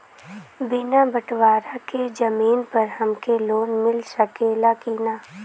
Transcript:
बिना बटवारा के जमीन पर हमके लोन मिल सकेला की ना?